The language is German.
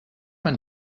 man